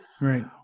Right